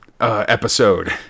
episode